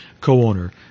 co-owner